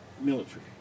military